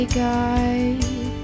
guide